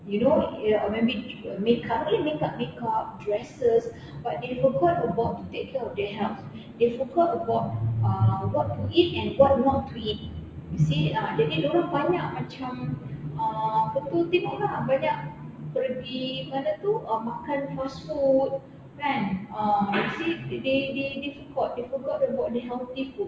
you know or maybe makeup makeup makeup dresses but they forgot about to take care of their health they forgot about uh what to eat and what not to eat you see ah jadi dorang banyak macam ah apa tu tengok lah banyak pergi mana tu uh makan fast food kan ah you see they they they forgot they forgot about the healthy foods